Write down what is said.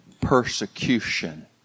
persecution